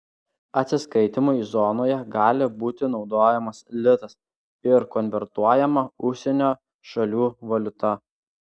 atsiskaitymui zonoje gali būti naudojamas litas ir konvertuojama užsienio šalių valiuta